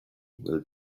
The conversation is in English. will